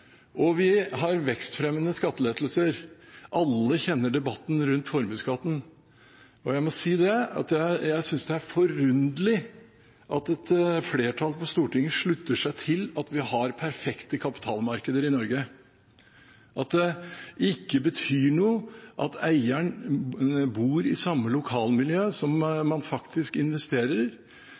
er forunderlig at et flertall på Stortinget slutter seg til at vi har perfekte kapitalmarkeder i Norge, at det ikke betyr noe at eieren bor i samme lokalmiljø som man faktisk investerer